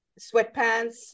sweatpants